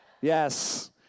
Yes